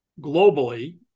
globally